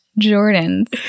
Jordans